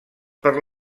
per